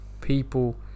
people